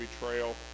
betrayal